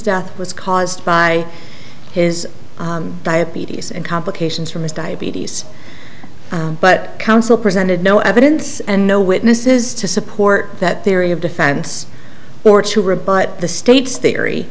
death was caused by his diabetes and complications from his diabetes but counsel presented no evidence and no witnesses to support that theory of defense or to rebut the state's theory